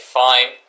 fine